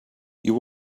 you